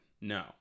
No